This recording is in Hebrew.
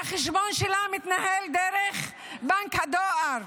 והחשבון שלה מתנהל דרך בנק הדואר,